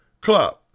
club